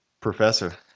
Professor